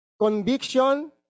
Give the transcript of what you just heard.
conviction